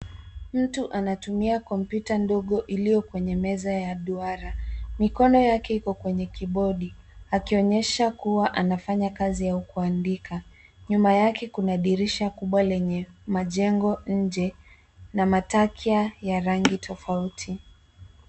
Mtu anatumia kompyuta ndogo iliyo kwenye meza ya duara. Mikono yake iko kwenye kibodi akionyesha kuwa anafanya kazi au kuandika. Nyuma yake kuna dirisha kubwa lenye majengo nje na matakia ya rangi tofauti.